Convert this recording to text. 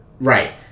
right